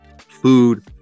food